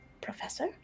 professor